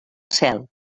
cel